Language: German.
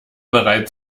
bereit